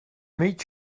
meet